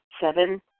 Seven